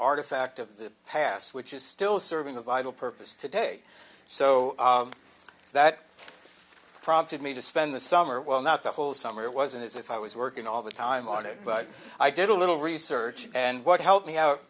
artifact of the past which is still serving a vital purpose today so that prompted me to spend the summer well not the whole summer it wasn't as if i was working all the time on it but i did a little research and what helped me